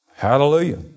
Hallelujah